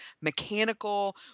mechanical